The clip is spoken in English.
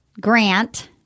Grant